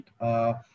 right